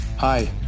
Hi